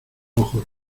ojos